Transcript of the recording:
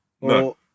No